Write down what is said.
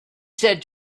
said